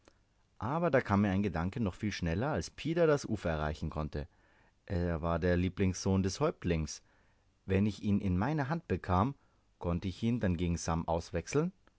aber da kam mir ein gedanke noch viel schneller als pida das ufer erreichen konnte er war der lieblingssohn des häuptlings wenn ich ihn in meine hand bekam konnte ich ihn dann gegen sam auswechseln